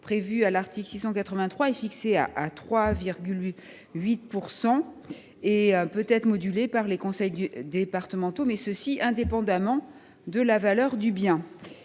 prévu à l’article 683 est fixé à 3,8 %. Il peut être modulé par les conseils départementaux, mais indépendamment de la valeur du bien.